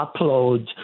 upload